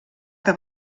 que